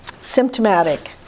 symptomatic